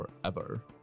forever